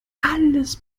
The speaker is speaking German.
alles